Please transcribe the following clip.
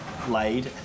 laid